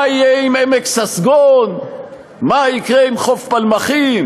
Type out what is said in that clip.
מה יהיה עם עמק ססגון, מה יקרה עם חוף פלמחים?